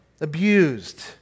abused